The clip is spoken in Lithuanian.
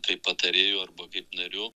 kaip patarėju arba kaip nariu